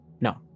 no